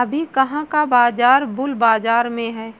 अभी कहाँ का बाजार बुल बाजार में है?